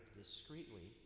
discreetly